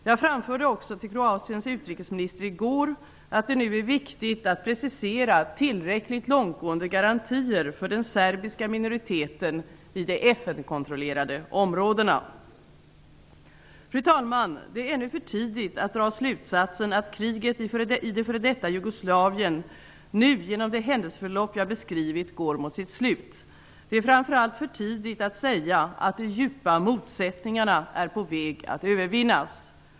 Jag framförde också till Kroatiens utrikesminister i går att det nu är viktigt att precisera tillräckligt långtgående garantier för den serbiska minoriteten i de FN Fru talman! Det är ännu för tidigt att dra slutsatsen att kriget i f.d. Jugoslavien nu, genom det händelseförlopp jag beskrivit, går mot sitt slut. Det är framför allt för tidigt att säga att de djupa motsättningarna är på väg att övervinnas.